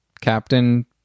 Captain